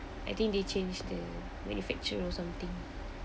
I think they change the manufacturer or something